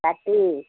পাতেই